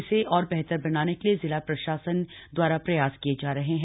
इसे और बेहतर बनाने के लिए जिला प्रशासन दवारा प्रयास किए जा रहे हैं